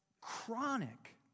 chronic